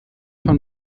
von